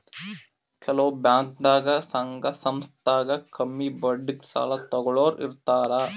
ಕೆಲವ್ ಬ್ಯಾಂಕ್ದಾಗ್ ಸಂಘ ಸಂಸ್ಥಾದಾಗ್ ಕಮ್ಮಿ ಬಡ್ಡಿಗ್ ಸಾಲ ತಗೋಳೋರ್ ಇರ್ತಾರ